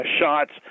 shots